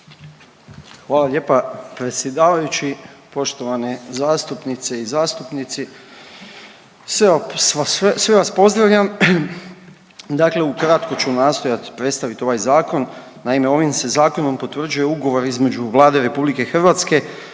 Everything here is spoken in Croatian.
Hvala lijepa predsjedavajući. Poštovane zastupnice i zastupnici, sve vas pozdravljam. Dakle, ukratko ću nastojat predstavit ovaj zakon. Naime, ovim se Zakonom potvrđuje Ugovor između Vlade RH i Vlade